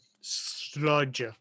Sludge